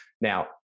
now